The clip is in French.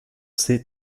sait